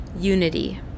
unity